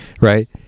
Right